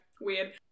weird